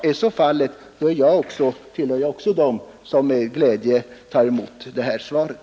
Är detta riktigt tillhör jag dem som gläds över den utvecklingen.